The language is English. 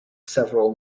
several